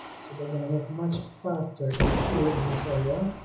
so they're gonna move much faster in here in this area